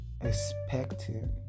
expecting